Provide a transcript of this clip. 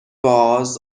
bars